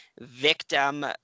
victim